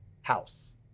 house